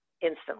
instantly